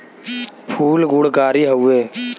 फूल गुणकारी हउवे